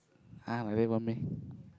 !huh! like that one meh